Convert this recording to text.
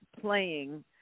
playing